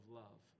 love